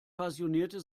passionierte